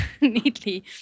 neatly